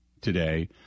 today